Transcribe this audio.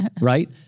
Right